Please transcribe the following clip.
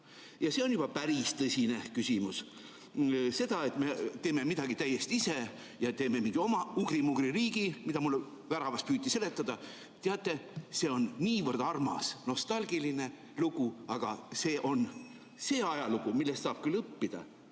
See on juba päris tõsine küsimus. Seda, et me teeme midagi täiesti ise ja teeme mingi oma ugri-mugri riigi, mida mulle väravas püüti seletada – teate, see on niivõrd armas nostalgiline lugu, aga see on see ajalugu, millest saab küll õppida